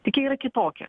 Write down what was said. tik jie yra kitokie